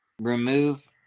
remove